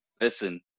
listen